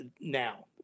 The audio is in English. now